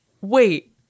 wait